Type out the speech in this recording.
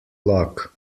luck